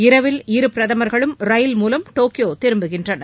இரவில் இரு பிரதமர்களும் ரயில் மூலம் டோக்கியோ திரும்புகின்றனர்